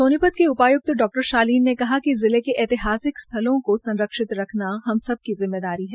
सोनीपत के उपाय्क डा शालीन ने कहा है कि जिले के ऐतिहासिक स्थलों को संरक्षित रखना हम सभी की जिम्मेदारी है